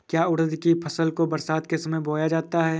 क्या उड़द की फसल को बरसात के समय बोया जाता है?